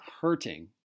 hurting